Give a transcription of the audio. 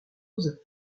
rose